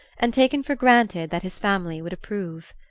and taken for granted that his family would approve.